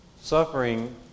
suffering